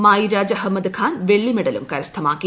മായിരാജ് അഹ്മ്മദ് ഖാൻ വെള്ളി മെഡലും കരസ്ഥമാക്കി